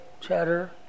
Cheddar